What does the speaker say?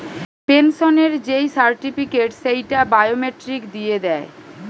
পেনসনের যেই সার্টিফিকেট, সেইটা বায়োমেট্রিক দিয়ে দেয়